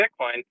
Bitcoin